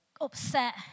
upset